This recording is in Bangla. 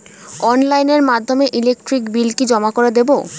অনলাইনের মাধ্যমে ইলেকট্রিক বিল কি করে জমা দেবো?